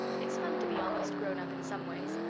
it's fun to be almost grown up in some ways,